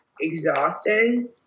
exhausting